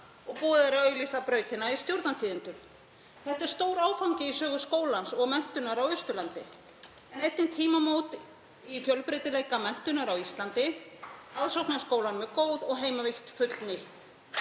og búið er að auglýsa brautina í Stjórnartíðindum. Þetta er stór áfangi í sögu skólans og menntunar á Austurlandi en einnig tímamót í fjölbreytileika menntunar á Íslandi. Aðsókn að skólanum er góð og heimavist fullnýtt.